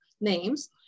names